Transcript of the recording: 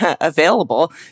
available